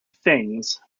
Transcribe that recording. things